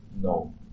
No